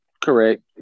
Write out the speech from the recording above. Correct